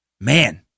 Man